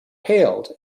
hailed